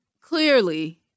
clearly